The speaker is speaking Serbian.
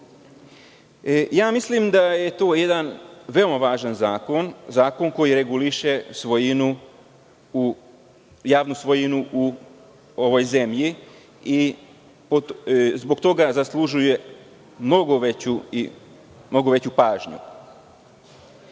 Mislim da je to jedan veoma važan zakon, zakon koji reguliše javnu svojinu u ovoj zemlji i zbog toga zaslužuje mnogo veću pažnju. Negde